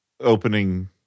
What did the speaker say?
opening